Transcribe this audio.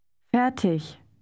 Fertig